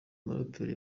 muraperi